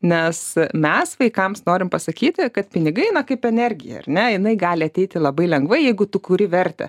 nes mes vaikams norim pasakyti kad pinigai eina kaip energija ar ne jinai gali ateiti labai lengvai jeigu tu kuri vertę